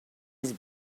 his